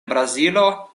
brazilo